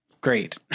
great